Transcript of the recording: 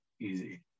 easy